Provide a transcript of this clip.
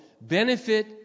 benefit